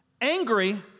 angry